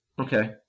Okay